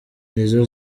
nizo